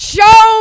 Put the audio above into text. Show